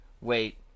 Wait